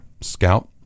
Scout